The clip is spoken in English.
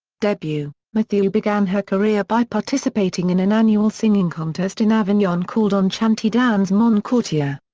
debut mathieu began her career by participating in an annual singing contest in avignon called on chante dans mon quartier.